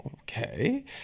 okay